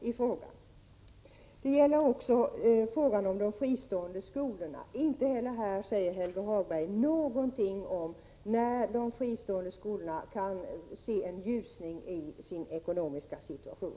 Sedan till frågan om de fristående skolorna. Inte heller på den punkten säger Helge Hagberg någonting om när de fristående skolorna kan se en ljusning i sin ekonomiska situation.